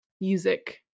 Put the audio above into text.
music